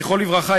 זכרו לברכה,